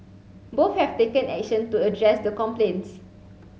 both have taken action to address the complaints